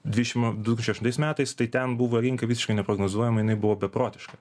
dvidešimt du šeštais metais tai ten buvo rinka visiškai neprognozuojama jinai buvo beprotiška